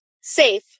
safe